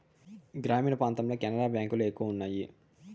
గ్రామీణ ప్రాంతాల్లో కెనరా బ్యాంక్ లు ఎక్కువ ఉన్నాయి